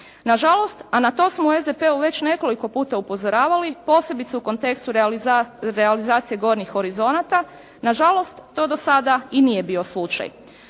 Na žalost, a na to smo u SDP-u već nekoliko puta upozoravali posebice u kontekstu realizacije gornjih horizonata. Na žalost to do sada i nije bio slučaj.